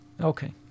Okay